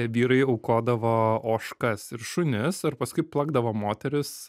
vyrai aukodavo ožkas ir šunis ir paskui plakdavo moteris